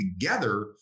together